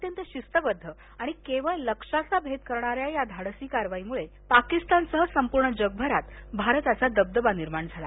अत्यंत शिस्तबध्द आणि केवळ लक्षाचा भेद करणाऱ्या या धाडसी कारवाईमुळे पाकिस्तानसह संपूर्ण जगभरात भारताचा दबदबा निर्माण झाला